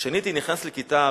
כשהייתי נכנס לכיתה,